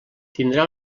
tindrà